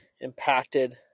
impacted